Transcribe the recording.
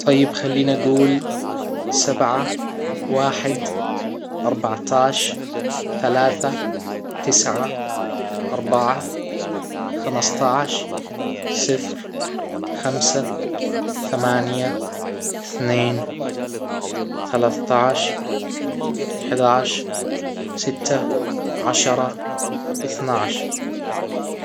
طيب خليني اجول سبعة واحد اربعة عشر ثلاثة تسعة اربعة خمسة عشر صفر خمسة ثمانية اثنين ثلاثة عشر احد عشر ستة عشرة اثنا عشر.